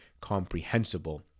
comprehensible